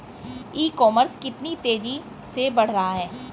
ई commerce कितनी तेजी से बढ़ रहा है?